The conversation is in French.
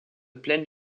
plaine